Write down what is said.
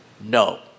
no